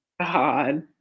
God